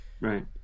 Right